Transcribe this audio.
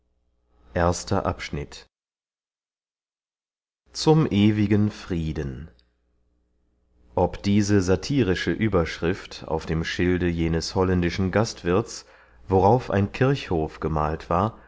zum ewigen frieden ob diese satyrische ueberschrift auf dem schilde jenes holländischen gastwirths worauf ein kirchhof gemahlt war